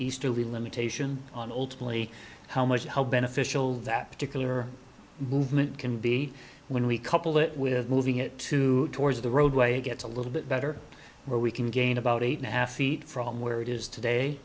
easterly limitation on ultimately how much how beneficial that particular movement can be when we couple it with moving it to towards the roadway it gets a little bit better where we can gain about eight and a half feet from where it is today